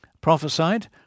prophesied